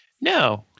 No